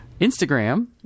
instagram